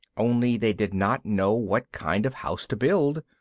only they did not know what kind of house to build.